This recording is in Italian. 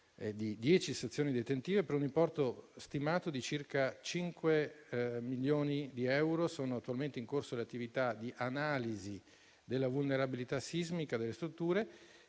di 10 sezioni detentive per un importo stimato di circa 5 milioni di euro. Sono attualmente in corso le attività di analisi della vulnerabilità sismica delle strutture